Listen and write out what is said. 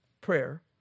prayer